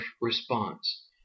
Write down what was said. response